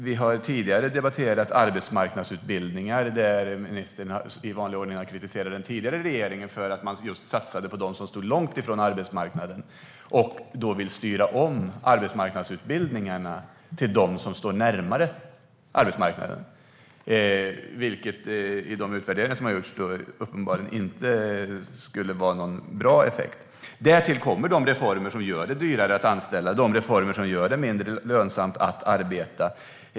Vi har tidigare debatterat arbetsmarknadsutbildningar, där ministern i vanlig ordning har kritiserat den tidigare regeringen för att man satsade just på dem som stod långt ifrån arbetsmarknaden. Nu vill regeringen styra om arbetsmarknadsutbildningarna till dem som står närmare arbetsmarknaden, vilket i de utvärderingar som har gjorts uppenbarligen inte har visat sig få någon bra effekt. Därtill kommer de reformer som gör det dyrare att anställa och mindre lönsamt att arbeta.